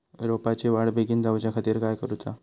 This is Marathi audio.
रोपाची वाढ बिगीन जाऊच्या खातीर काय करुचा?